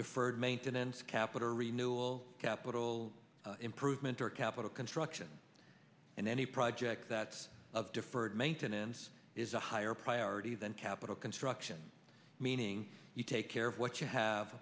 deferred maintenance capital renewal capital improvement or capital construction and any project that of deferred maintenance is a higher priority than capital construction meaning you take care of what you have